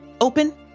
open